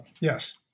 yes